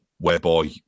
Whereby